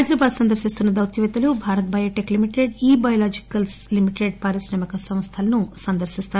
హైద్రాబాద్ సందర్శిస్తున్న దౌత్యపేత్తలు Bharat biotech limited ఈ బయోలాజికల్ ఈలిమిటెడ్ పారిశ్రామిక సంస్థలను సందర్శిస్తారు